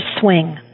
swing